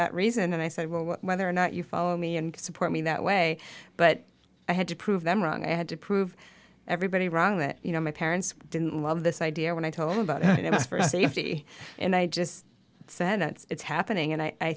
that reason and i said well whether or not you follow me and support me that way but i had to prove them wrong i had to prove everybody wrong that you know my parents didn't love this idea when i told him about safety and i just said it's happening and i